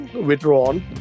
withdrawn